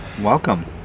Welcome